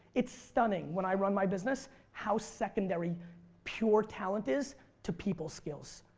it's stunning when i run my business how secondary pure talent is to people skills.